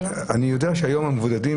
היום --- אני יודע שהיום המבודדים,